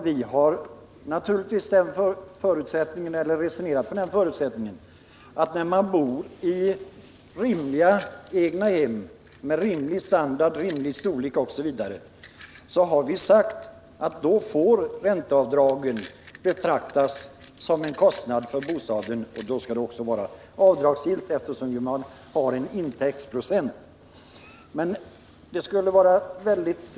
Vi har resonerat utifrån den förutsättningen att i de fall där man bor i egnahem med rimlig standard, med rimlig storlek osv. får ränteavdragen betraktas som en kostnad för bostaden. Då skall räntan vara avdragsgill, eftersom å andra sidan också en viss procent av fastighetens taxeringsvärde tas upp som intäkt. Det skulle vara mycket.